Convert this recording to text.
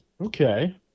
Okay